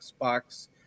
xbox